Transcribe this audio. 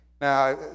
Now